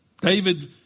David